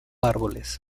árboles